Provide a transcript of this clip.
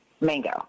mango